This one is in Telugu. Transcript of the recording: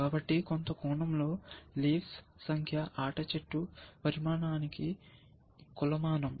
కాబట్టి కొంత కోణంలో లీవ్స్ సంఖ్య ఆట చెట్టు పరిమాణానికి కొలమానం